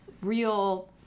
real